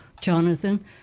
Jonathan